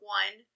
one